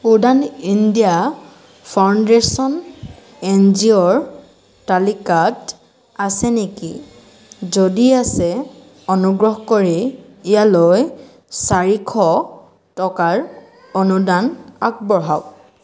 Udaan India Foundation N G অ'ৰ তালিকাত আছে নেকি যদি আছে অনুগ্ৰহ কৰি ইয়ালৈ চাৰিশ টকাৰ অনুদান আগবঢ়াওক